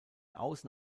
außen